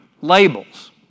labels